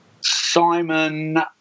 Simon